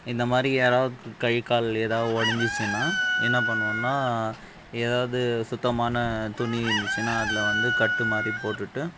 இந்தமாதிரி யாராவுது கை கால் எதாவு ஒடஞ்சிச்சினா என்னா பண்ணுவோன்னா எதாவது சுத்தமான துணி இருந்துச்சுன்னா அதில் வந்து கட்டுமாதிரி போட்டுவிட்டு